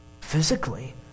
physically